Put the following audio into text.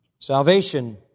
Salvation